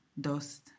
dust